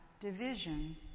division